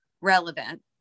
relevant